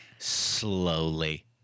Slowly